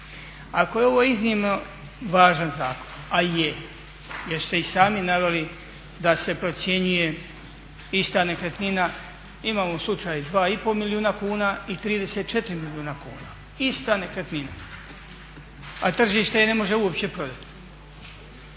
Ako je ovo iznimno važan zakon, a je jer ste i sami naveli da se procjenjuje ista nekretnina, imamo slučaj 2,5 milijuna kuna i 34 milijuna kuna, ista nekretnina, a tržište je ne može uopće prodati.